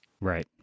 Right